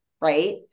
right